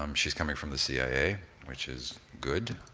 um she's coming from the cia, which is good,